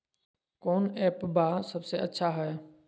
कौन एप्पबा सबसे अच्छा हय?